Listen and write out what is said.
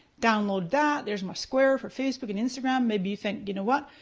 download that, there's my square for facebook and instagram, maybe you think, you know what,